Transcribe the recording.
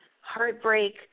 heartbreak